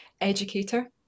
educator